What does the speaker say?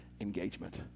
engagement